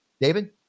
David